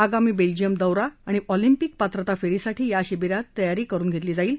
आगामी बेल्जियम दौरा आणि ऑलिपिंक पात्रता फेरीसाठी या शिबीरात तयारी केली जाईल